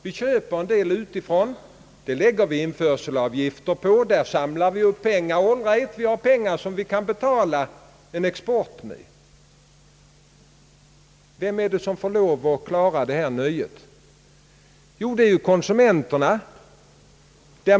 Vi köper en del utifrån och lägger på införselavgifter. Där samlar vi upp pengar. Vi har alltså pengar som vi kan betala en export med. Men vem är det som får lov att klara detta nöje? Jo, det är konsumenterna.